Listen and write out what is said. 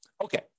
Okay